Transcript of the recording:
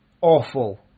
awful